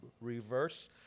reverse